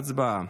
הצבעה.